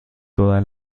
toda